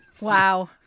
Wow